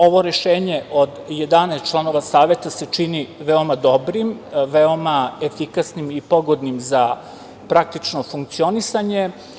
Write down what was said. Ovo rešenje od 11 članova Saveta se čini veoma dobrim, veoma efikasnim i pogodnim za praktično funkcionisanje.